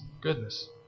goodness